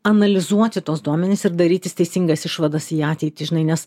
analizuoti tuos duomenis ir darytis teisingas išvadas į ateitį žinai nes